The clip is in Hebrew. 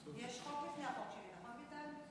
יש חוק לפני החוק שלי, נכון, ביטן?